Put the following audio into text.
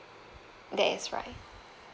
that is right